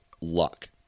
luck